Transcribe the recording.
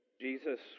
Jesus